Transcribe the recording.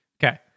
Okay